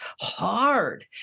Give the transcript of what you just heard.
hard